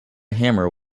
hammer